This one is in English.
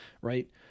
right